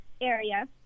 area